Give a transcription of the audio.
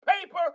paper